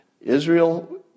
Israel